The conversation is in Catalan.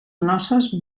noces